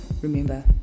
remember